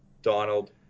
Donald